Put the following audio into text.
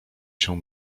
się